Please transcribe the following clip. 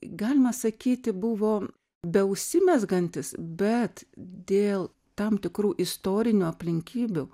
galima sakyti buvo be užsimezgantis bet dėl tam tikrų istorinių aplinkybių